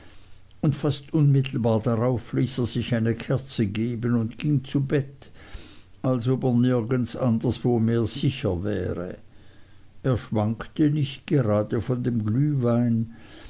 und fast unmittelbar darauf ließ er sich eine kerze geben und ging zu bett als ob er nirgends anderswo mehr sicher wäre er schwankte nicht gerade von dem glühwein